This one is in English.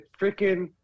freaking